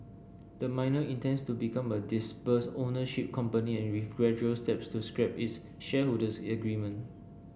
the miner intends to become a dispersed ownership company with gradual steps to scrap its shareholders agreement